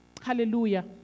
Hallelujah